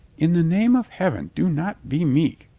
in the name of heaven, do not be meek,